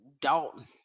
Dalton